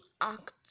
act